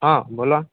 हँ बोलऽ